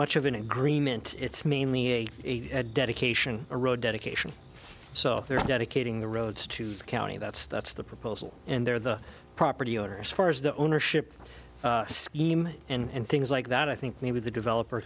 much of an agreement it's mainly a dedication or road dedication so if there are dedicating the roads to the county that's that's the proposal and they're the property owner as far as the ownership scheme and things like that i think maybe the developer